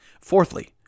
Fourthly